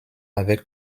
avec